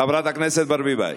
חברת הכנסת ברביבאי.